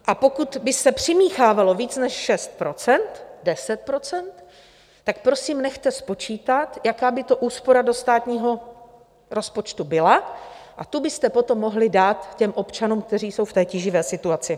A pokud by se přimíchávalo více než 6 %, 10 %, tak prosím nechte spočítat, jaká by to byla úspora do státního rozpočtu, a tu byste potom mohli dát občanům, kteří jsou v té tíživé situaci.